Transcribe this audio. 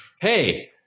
Hey